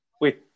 Wait